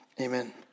Amen